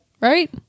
Right